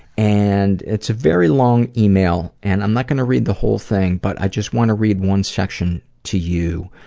and it's a very long email. and i'm not gonna read the whole thing, but i just wanna read one section to you.